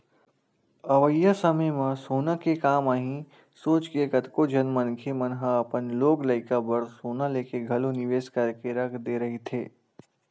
अवइया समे म सोना के काम आही सोचके कतको झन मनखे मन ह अपन लोग लइका बर सोना लेके घलो निवेस करके रख दे रहिथे